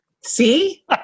See